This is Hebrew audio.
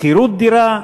שכירות דירה,